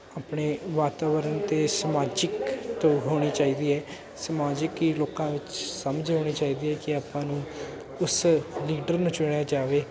ਆਪਣੇ ਵਾਤਾਵਰਨ ਅਤੇ ਸਮਾਜਿਕ ਤੋਂ ਹੋਣੀ ਚਾਹੀਦੀ ਹੈ ਸਮਾਜਿਕ ਹੀ ਲੋਕਾਂ ਵਿੱਚ ਸਮਝ ਆਉਣੀ ਚਾਹੀਦੀ ਹੈ ਕਿ ਆਪਾਂ ਨੂੰ ਉਸ ਲੀਡਰ ਨੂੰ ਚੁਣਿਆ ਜਾਵੇ